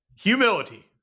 Humility